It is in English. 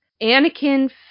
Anakin